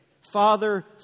Father